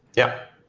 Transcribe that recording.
yeah.